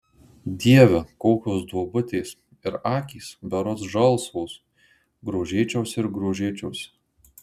dieve kokios duobutės ir akys berods žalsvos grožėčiausi ir grožėčiausi